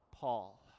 Paul